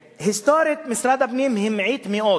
היסטורית משרד הפנים המעיט מאוד